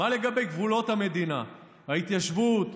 מה לגבי גבולות המדינה, ההתיישבות?